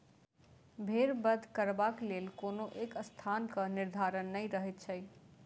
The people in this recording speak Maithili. भेंड़ बध करबाक लेल कोनो एक स्थानक निर्धारण नै रहैत छै